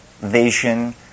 vision